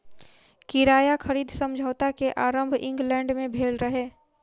किराया खरीद समझौता के आरम्भ इंग्लैंड में भेल रहे